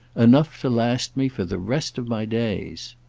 enough to last me for the rest of my days.